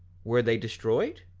were they destroyed?